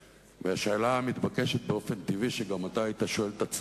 טוב, אף-על-פי שזה לא נכון בעברית.